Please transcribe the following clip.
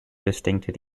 distinct